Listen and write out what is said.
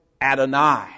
Adonai